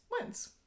wins